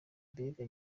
mbega